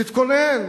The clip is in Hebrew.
תתכונן,